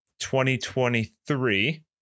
2023